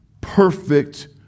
perfect